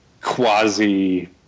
quasi